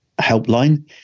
helpline